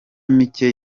mike